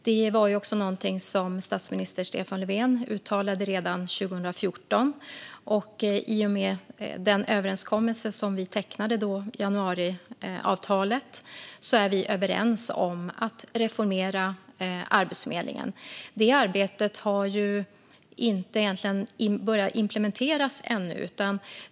Detta var någonting som statsminister Stefan Löfven uttalade redan 2014, och i och med den överenskommelse som vi tecknade med januariavtalet är vi överens om att reformera Arbetsförmedlingen. Detta arbete har egentligen inte börjat att implementeras ännu.